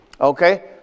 okay